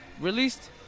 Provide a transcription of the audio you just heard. released